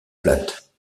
plate